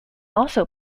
also